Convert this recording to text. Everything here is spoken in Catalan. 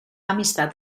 amistat